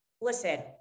Listen